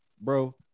bro